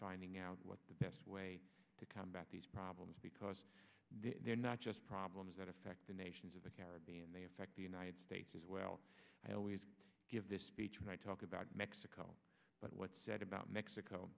finding out what the best way to combat these problems because they're not just problems that affect the nations of the caribbean they affect the united states as well i always give this speech when i talk about mexico but what's said about mexico